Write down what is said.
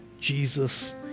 Jesus